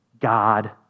God